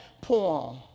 poem